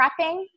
prepping